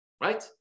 Right